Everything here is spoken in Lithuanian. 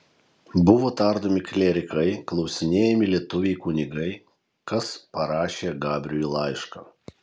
buvo tardomi klierikai klausinėjami lietuviai kunigai kas parašė gabriui laišką